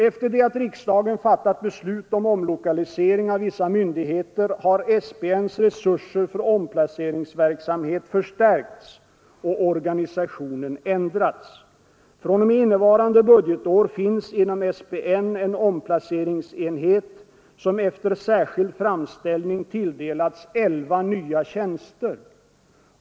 Efter det att riksdagen fattat beslut om omlokalisering av vissa myndigheter har SPN:s resurser för omplaceringsverksamhet förstärkts och organisationen ändrats. fr.o.m. innevarande budgetår finns inom SPN en omplaceringsenhet som efter särskild framställning tilldelats elva nya tjänster.